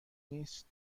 نیست